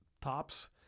tops